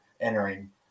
entering